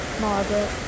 margaret